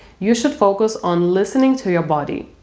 you should focus on listening to your body.